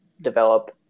develop